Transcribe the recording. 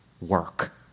work